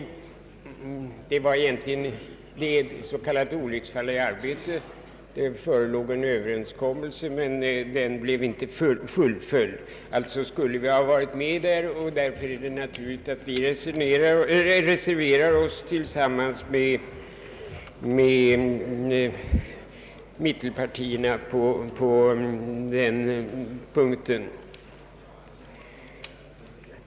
Det var ett s.k. olycksfall i arbetet som gjorde att vi inte skrev under motionen; en överenskommelse förelåg, men den blev inte fullföljd. Vi skulle alltså ha varit med, och därför är det naturligt att vi reserverar oss tillsammans med mittenpartierna på den punkten.